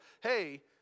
hey